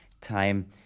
time